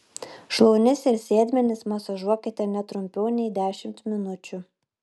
šlaunis ir sėdmenis masažuokite ne trumpiau nei dešimt minučių